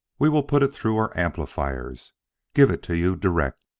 we will put it through our amplifiers give it to you direct!